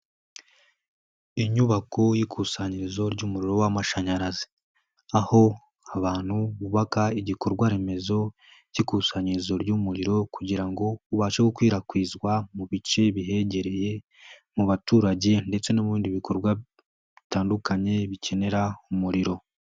Inyubako y'ikusanyirizo ry'umuriro w'amashanyarazi. Aho abantu bubaka igikorwa remezo k'ikusanyirizo ry'umuriro kugira ngo ubashe gukwirakwizwa mu bice bihegereye, mu baturage ndetse no mu bindi bikorwa bitandukanye, bikenera umuriro.